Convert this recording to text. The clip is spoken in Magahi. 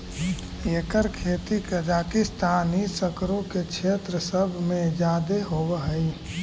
एकर खेती कजाकिस्तान ई सकरो के क्षेत्र सब में जादे होब हई